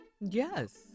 Yes